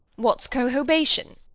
what's cohobation?